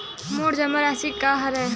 मोर जमा राशि का हरय?